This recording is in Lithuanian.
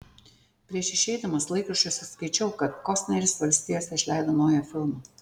prieš išeidamas laikraščiuose skaičiau kad kostneris valstijose išleido naują filmą